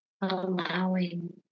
allowing